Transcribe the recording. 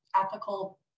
ethical